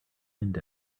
wind